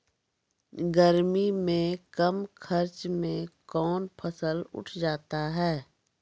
गर्मी मे कम खर्च मे कौन फसल उठ जाते हैं?